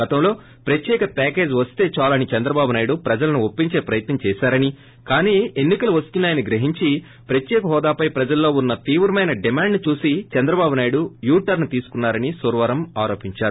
గతంలో ప్రత్యేక ప్యాకేజీ వస్తే చాలని చంద్రబాబు రాష్ట ప్రజలను ఒప్సించే ప్రయత్నం చేశారని కాన్ ఎన్ని కలు వస్తున్నా యని గ్రహించి ప్రత్యేక హోదాపై ప్రజల్లో ేఉన్న తీవ్రమైన డిమాండ్ను చూసి చంద్రబాబు యూటర్స్ తీసుకున్నారని సురవరం ఆరోపించారు